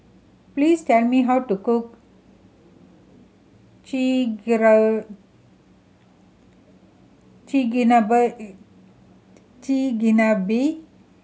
please tell me how to cook Chigenabe